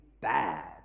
bad